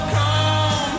come